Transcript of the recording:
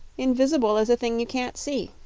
invis'ble is a thing you can't see.